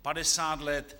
Padesát let!